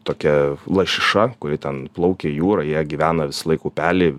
tokia lašiša kuri ten plaukia jūroj jie gyvena visąlaik upely